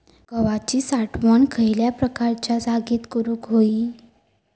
गव्हाची साठवण खयल्या प्रकारच्या जागेत करू होई?